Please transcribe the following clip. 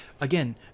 Again